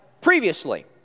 previously